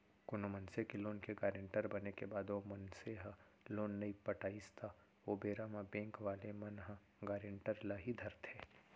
कोनो मनसे के लोन के गारेंटर बने के बाद ओ मनसे ह लोन नइ पटाइस त ओ बेरा म बेंक वाले मन ह गारेंटर ल ही धरथे